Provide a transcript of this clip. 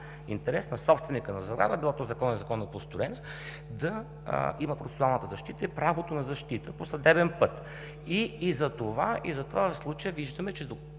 на собственика на заведение, било то по Закон – да е законно построен, да има процесуалната защита и правото на защита по съдебен път. Затова в случая виждаме, че до